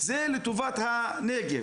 וגם כן את ח"כ אלהואשלה שביחד יזמו את הדיון הזה.